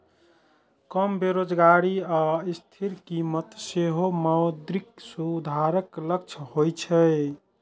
कम बेरोजगारी आ स्थिर कीमत सेहो मौद्रिक सुधारक लक्ष्य होइ छै